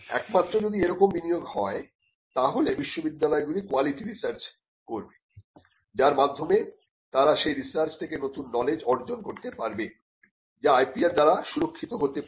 একমাত্র যদি এরকম বিনিয়োগ হয় তাহলে বিশ্ববিদ্যালয়গুলি কোয়ালিটি রিসার্চ করবে যার মাধ্যমে তারা সেই রিসার্চ থেকে নতুন নলেজ অর্জন করতে পারবে যা IPR দ্বারা সুরক্ষিত হতে পারে